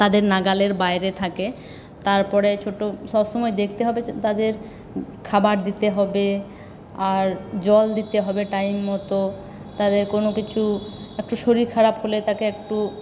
তাদের নাগালের বাইরে থাকে তারপরে ছোটো সবসময় দেখতে হবে যে তাদের খাবার দিতে হবে আর জল দিতে হবে টাইম মতো তাদের কোনো কিছু একটু শরীর খারাপ হলে তাকে একটু